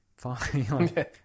fine